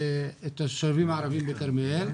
תושבים ערבים בכרמיאל,